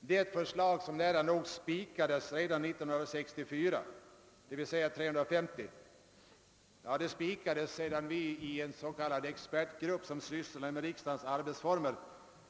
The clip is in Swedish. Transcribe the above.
det förslag som nära nog spikades redan 1964, d.v.s. 350 ledamöter. Det spikades i en expertgrupp som arbetade med riksdagens arbetsformer.